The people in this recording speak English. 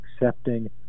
accepting